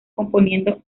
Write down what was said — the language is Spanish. componiendo